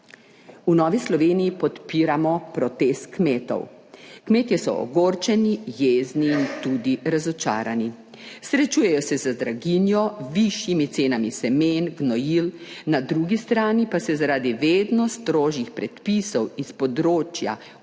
V Novi Sloveniji podpiramo protest kmetov. Kmetje so ogorčeni, jezni in tudi razočarani. Srečujejo se z draginjo, višjimi cenami semen, gnojil, na drugi strani pa se zaradi vedno strožjih predpisov iz področja okolja,